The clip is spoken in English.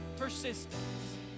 persistence